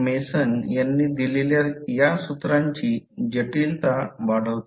mason यांनी दिलेल्या या सूत्रांची जटिलता वाढवते